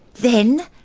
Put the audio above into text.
then,